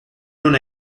non